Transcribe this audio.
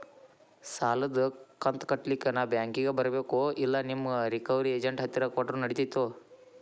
ಸಾಲದು ಕಂತ ಕಟ್ಟಲಿಕ್ಕೆ ನಾನ ಬ್ಯಾಂಕಿಗೆ ಬರಬೇಕೋ, ಇಲ್ಲ ನಿಮ್ಮ ರಿಕವರಿ ಏಜೆಂಟ್ ಹತ್ತಿರ ಕೊಟ್ಟರು ನಡಿತೆತೋ?